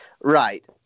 Right